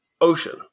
ocean